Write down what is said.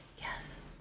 yes